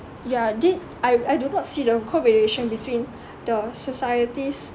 ya thi~ I I do not see the correlation between the society's